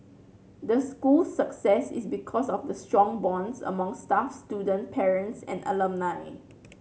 the school's success is because of the strong bonds among staff student parents and alumni